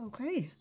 Okay